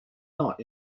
not